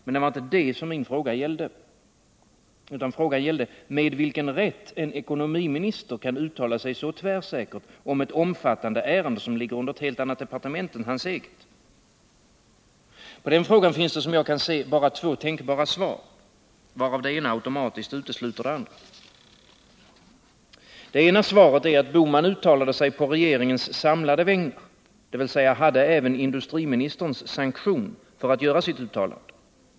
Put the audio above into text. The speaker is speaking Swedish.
Men det var inte detta min fråga gällde, utan frågan gällde med vilken rätt en ekonomiminister kan uttala sig så tvärsäkert om ett omfattande ärende som ligger under ett helt annat departement än hans eget. På den frågan finns det som jag kan se bara två tänkbara svar, varav det ena automatiskt utesluter det andra. Det ena svaret är att herr Bohman uttalade sig på regeringens samlade vägnar, dvs. hade även industriministerns sanktion för att göra sitt uttalande.